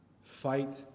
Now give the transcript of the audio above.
Fight